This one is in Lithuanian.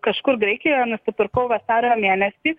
kažkur graikijoje nusipirkau vasario mėnesį